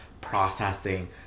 processing